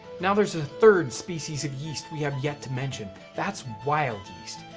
now there's a third species of yeast we have yet to mention. that's wild yeast.